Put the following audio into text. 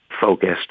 focused